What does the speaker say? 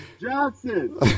Johnson